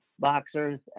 Boxers